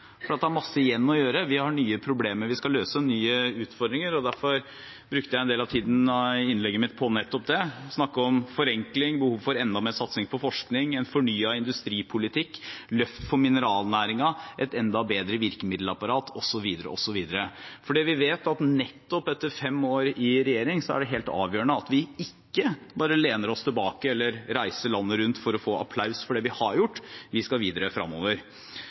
masse igjen å gjøre. Vi har nye problemer vi skal løse, nye utfordringer. Derfor brukte jeg en del av innlegget mitt på nettopp det – snakke om forenkling, behov for enda mer satsing på forskning, en fornyet industripolitikk, et løft for mineralnæringen, et enda bedre virkemiddelapparat, osv., osv. Etter fem år i regjering er det helt avgjørende at vi ikke bare lener oss tilbake eller reiser landet rundt for å få applaus for det vi har gjort. Vi skal videre